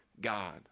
God